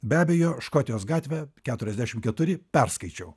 be abejo škotijos gatvė keturiasdešimt keturi perskaičiau